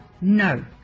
No